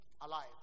alive